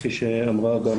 כפי שאמרה גם